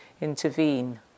intervene